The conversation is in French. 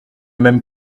même